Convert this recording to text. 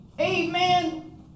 amen